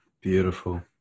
Beautiful